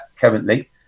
currently